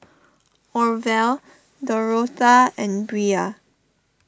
Orvel Dorotha and Brea